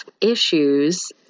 issues